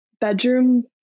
bedroom